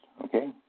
okay